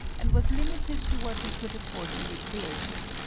and was limited to what we could afford in recreation.